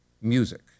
music